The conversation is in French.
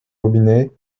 robinet